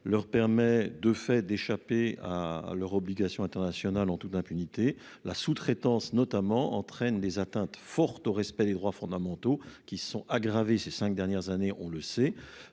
leur permet de fait d'échapper à leur obligation internationale en toute impunité. La sous-traitance notamment entraîne des atteintes forte au respect des droits fondamentaux qui se sont aggravées ces 5 dernières années on le sait.